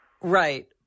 Right